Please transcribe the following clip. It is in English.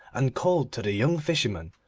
and called to the young fisherman,